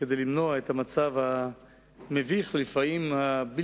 כדי למנוע את המצב המביך והבלתי-אפשרי,